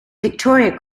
victoria